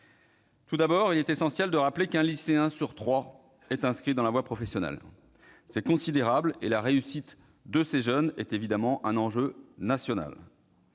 Tout d'abord, il est essentiel de rappeler qu'un lycéen sur trois est inscrit dans la voie professionnelle. C'est considérable, et la réussite de ces jeunes est un enjeu national.